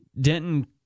Denton